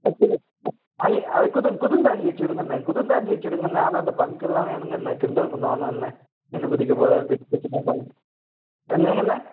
குறு அய அது குறு குறுந்தாடி வெச்சு விடுங்கண்ணே குறுந்தாடி வைச்சு விடுங்கண்ணே ஆனால் அந்த பங்கெல்லாம் வேணாங்கண்ணே கிண்டல் பண்ணுவானுண்ணே மீன் பிடிக்கிற இடத்துக்கு எதுக்குண்ணே பங்க் என்னங்கண்ணே